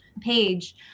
page